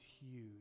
huge